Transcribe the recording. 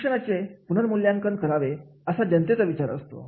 शिक्षणाचे पुनर्मूल्यांकन करावे असा जनतेचा विचार असतो